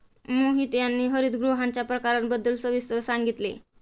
मोहित यांनी हरितगृहांच्या प्रकारांबद्दल सविस्तर सांगितले